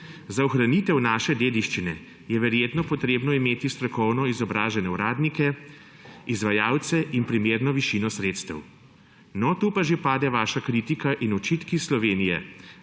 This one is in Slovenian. Za ohranitev naše dediščine je verjetno treba imeti strokovno izobražene uradnike, izvajalce in primerno višino sredstev. No, tu pa že pade vaša kritika in očitki. Slovenija